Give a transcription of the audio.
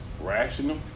rational